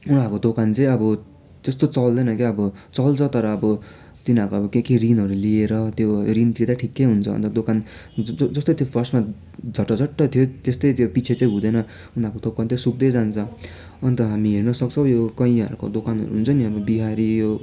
उनीहरूको दोकान चाहिँ अब त्यस्तो चल्दैन क्या अब चल्छ तर अब तिनीहरूको अब के के ऋणहरू लिएर त्यो ऋण तिर्दा ठिकै हुन्छ अन्त दोकान जज जस्तै त्यो फर्स्टमा झटाझट्टै थियो त्यस्तै त्यो पछि चाहिँ हुँदैन उनीहरूको दोकान त सुक्दै जान्छ अन्त हामी हेर्न सक्छौँ यो कैयाँहरूको दोकानहरू हुन्छ नि अब बिहारी यो